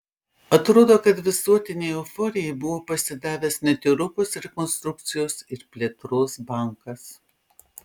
atrodo kad visuotinei euforijai buvo pasidavęs net europos rekonstrukcijos ir plėtros bankas